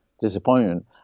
disappointment